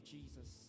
Jesus